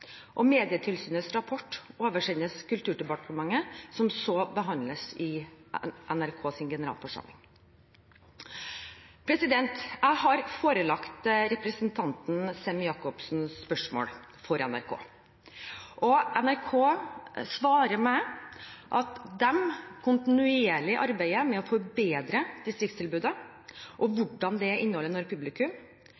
Medietilsynets rapport oversendes Kulturdepartementet og behandles så i NRKs generalforsamling. Jeg har forelagt representanten Sem-Jacobsens spørsmål for NRK. NRK svarer at de kontinuerlig arbeider med å forbedre distriktstilbudet og